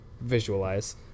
visualize